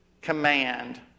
command